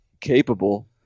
capable